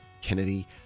Kennedy